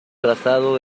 trazado